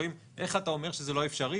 שואלים: איך אתה אומר שזה לא אפשרי?